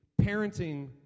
parenting